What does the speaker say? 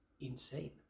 insane